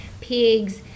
pigs